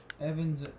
Evan's